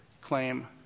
claim